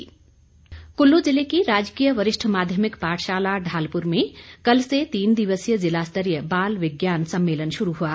सम्मेलन कुल्लू जिले की राजकीय वरिष्ठ माध्यमिक पाठशाला ढालपुर में कल से तीन दिवसीय जिला स्तरीय बाल विज्ञान सम्मेलन शुरू हुआ